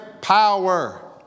power